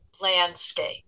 landscape